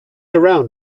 around